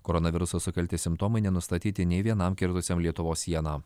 koronaviruso sukelti simptomai nenustatyti nei vienam kirtusiam lietuvos sieną